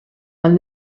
and